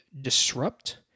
disrupt